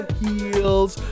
heels